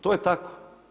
To je tako.